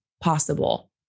possible